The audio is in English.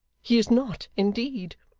he is not, indeed